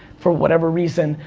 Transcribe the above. for whatever reason,